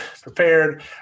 prepared